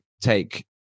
take